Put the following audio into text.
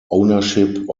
ownership